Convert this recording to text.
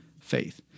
faith